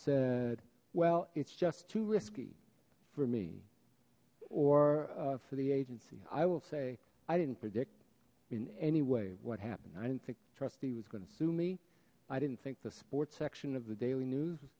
said well it's just too risky for me or for the agency i will say i didn't predict in anyway what happened i think trustee was going to sue me i didn't think the sports section of the daily news